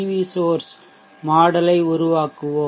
we source model யை உருவாக்குவோம்